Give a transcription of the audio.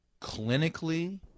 clinically